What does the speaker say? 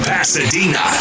Pasadena